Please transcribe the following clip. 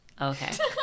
Okay